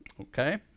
Okay